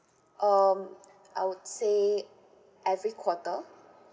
um I would say every quarter